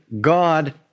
God